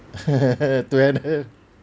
two hundred